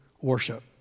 worship